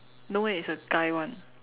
no eh it's a guy [one]